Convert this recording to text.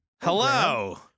Hello